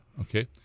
Okay